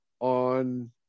on